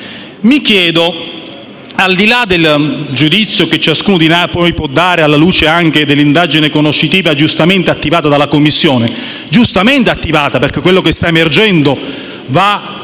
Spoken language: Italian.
una cosa, al di là del giudizio che ciascuno di noi può dare, alla luce anche dell'indagine conoscitiva giustamente avviata dalla Commissione (perché quello che sta emergendo va